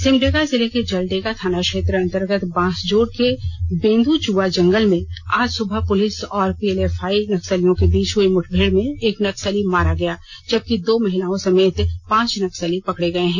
सिमडेगा जिले के जलडेगा थाना क्षेत्र अंतर्गत बांसजोर के बेन्द्रचुआँ जंगल में आज सुबह पुलिस और पी एल एफ आई नक्सलियों के बीच हुई मुठभेड़ में एक नक्सली मारा गया जबकि दो महिलाओं सहित पांच नक्सली पकड़े गए हैं